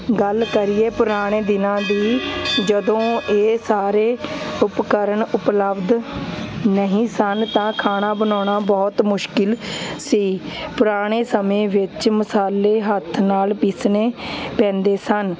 ਗੱਲ ਕਰੀਏ ਪੁਰਾਣੇ ਦਿਨਾਂ ਦੀ ਜਦੋਂ ਇਹ ਸਾਰੇ ਉਪਕਰਨ ਉਪਲੱਬਧ ਨਹੀਂ ਸਨ ਤਾਂ ਖਾਣਾ ਬਣਾਉਣਾ ਬਹੁਤ ਮੁਸ਼ਕਿਲ ਸੀ ਪੁਰਾਣੇ ਸਮੇਂ ਵਿੱਚ ਮਸਾਲੇ ਹੱਥ ਨਾਲ ਪੀਸਣੇ ਪੈਂਦੇ ਸਨ